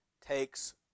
takes